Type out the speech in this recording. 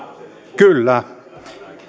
kyllä